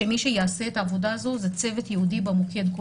שמי שיעשה את העבודה הזו זה צוות ייעודי במוקד קול